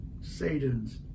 Satan's